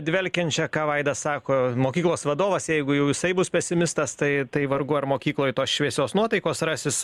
dvelkiančią ką vaida sako mokyklos vadovas jeigu jau jisai bus pesimistas tai tai vargu ar mokykloj tos šviesios nuotaikos rasis